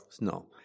No